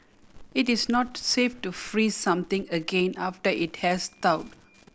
it is not safe to freeze something again after it has thawed